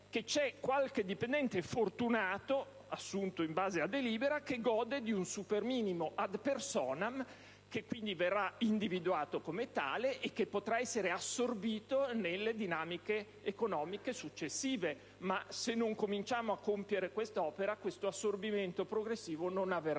c'è qualche dipendente fortunato, assunto in base a delibera, che gode di un superminimo *ad personam*, beneficio economico che quindi verrà individuato come tale e che potrà essere assorbito nelle dinamiche economiche successive. Ma se non cominciamo a compiere quest'opera, questo assorbimento progressivo non avverrà